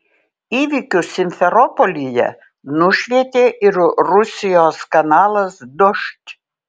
įvykius simferopolyje nušvietė ir rusijos kanalas dožd